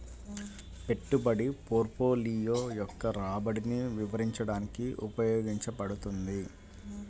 పెట్టుబడి పోర్ట్ఫోలియో యొక్క రాబడిని వివరించడానికి ఉపయోగించబడుతుంది